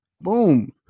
boom